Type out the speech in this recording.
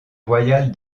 royale